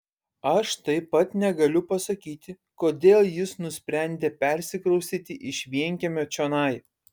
aš taip pat negaliu pasakyti kodėl jis nusprendė persikraustyti iš vienkiemio čionai